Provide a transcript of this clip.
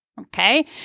okay